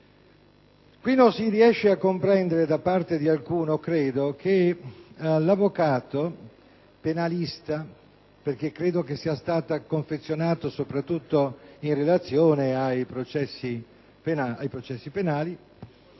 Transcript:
Qui non si riesce a comprendere da parte di qualcuno che all'avvocato penalista - perché credo che l'emendamento sia stato confezionato soprattutto in relazione ai processi penali